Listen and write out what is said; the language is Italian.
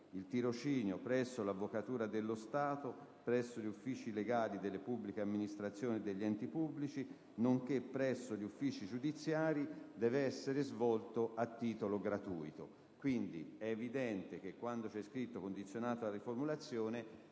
«il tirocinio presso l'Avvocatura dello Stato, presso gli uffici legali delle pubbliche amministrazioni e degli enti pubblici, nonché presso gli uffici giudiziari, deve essere svolto a titolo gratuito». Quindi è evidente che, quando è condizionato ad una riformulazione,